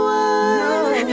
one